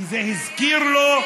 כי זה הזכיר לו,